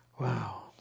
Wow